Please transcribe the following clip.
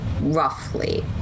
roughly